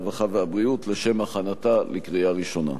הרווחה והבריאות לשם הכנתה לקריאה ראשונה.